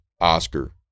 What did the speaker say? Oscar